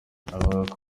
avuga